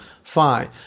fine